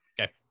Okay